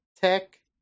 tech